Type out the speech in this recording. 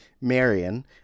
Marion